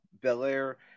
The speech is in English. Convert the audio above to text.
Belair